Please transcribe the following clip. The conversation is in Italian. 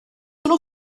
solo